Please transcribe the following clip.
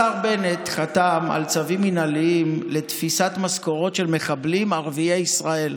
השר בנט חתם על צווים מינהליים לתפיסת משכורות של מחבלים ערביי ישראל,